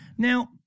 Now